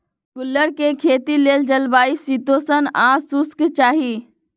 गुल्लर कें खेती लेल जलवायु शीतोष्ण आ शुष्क चाहि